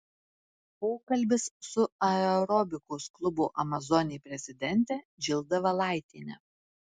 pokalbis su aerobikos klubo amazonė prezidente džilda valaitiene